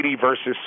versus